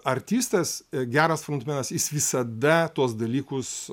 artistas geras frontmenas jis visada tuos dalykus